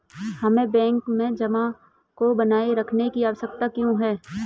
हमें बैंक में जमा को बनाए रखने की आवश्यकता क्यों है?